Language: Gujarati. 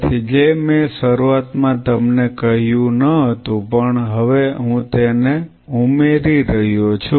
તેથી જે મેં શરૂઆતમાં તમને કહ્યું ન હતું પણ હવે હું તેને ઉમેરી રહ્યો છું